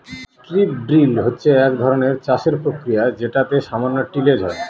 strip drill হচ্ছে এক ধরনের চাষের প্রক্রিয়া যেটাতে সামান্য টিলেজ হয়